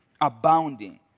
abounding